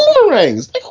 boomerangs